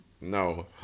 No